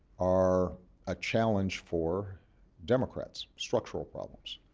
are a challenge for democrats structural problems.